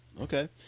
Okay